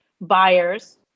buyers